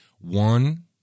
one